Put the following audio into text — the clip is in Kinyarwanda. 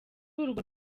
urwo